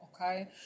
okay